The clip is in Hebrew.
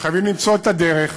חייבים למצוא את הדרך,